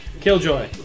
Killjoy